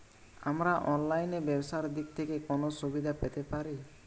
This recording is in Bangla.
আমরা অনলাইনে ব্যবসার দিক থেকে কোন সুবিধা পেতে পারি?